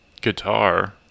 Guitar